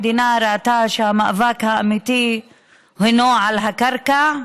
המדינה ראתה שהמאבק האמיתי הוא על הקרקע,